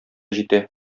җитә